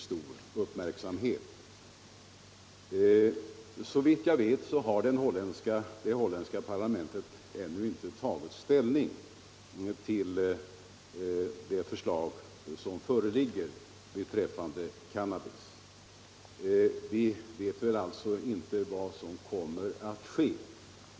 Såvitt jag vet har det holländska parlamentet ännu inte tagit ställning till det förslag som föreligger om cannabis. Vi vet därför inte vad som kommer att ske.